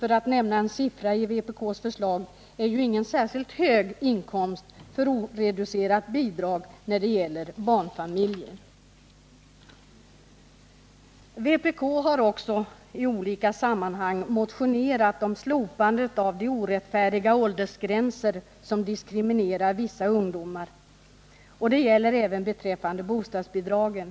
— för att nämna en siffra i vpk:s förslag — är ju inte någon särskilt hög inkomst för oreducerat bidrag när det gäller barnfamiljer. Vpk har också i olika sammanhang motionerat om slopande av de orättfärdiga åldersgränser som diskriminerar vissa ungdomar. Det gäller även beträffande bostadsbidragen.